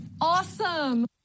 awesome